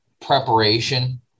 preparation